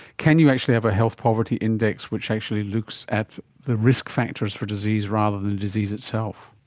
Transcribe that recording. can you actually have a health poverty index which actually looks at the risk factors for disease rather than the disease itself?